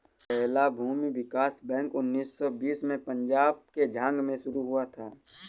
पहला भूमि विकास बैंक उन्नीस सौ बीस में पंजाब के झांग में शुरू हुआ था